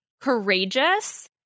courageous